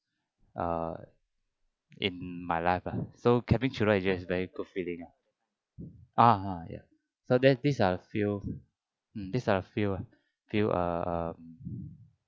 err in my life lah so having children yes is very good feeling ah ah ha ya so there's these are a few mm these are a few ah few uh um